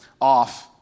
off